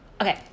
okay